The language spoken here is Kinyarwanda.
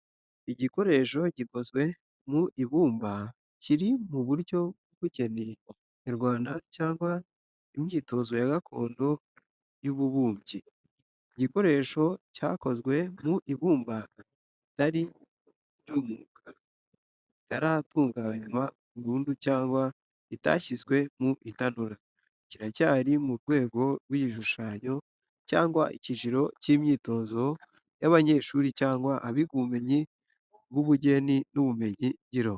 Igikoresho gikozwe mu ibumba kiri mu buryo bw’ubugeni nyarwanda cyangwa imyitozo ya gakondo y’ububumbyi. Iki gikoresho cyakozwe mu ibumba ritari ryumuka ritaratunganywa burundu cyangwa ritashyizwe mu itanura. Kiracyari mu rwego rw’igishushanyo cyangwa icyiciro cy’imyitozo y’abanyeshuri cyangwa abiga ubumenyi bw’ubugeni n’ubumenyi ngiro.